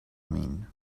mean